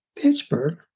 Pittsburgh